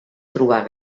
trobar